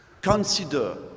consider